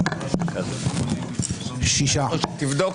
הצבעה בעד 6 נגד